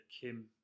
Kim